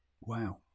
Wow